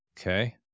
Okay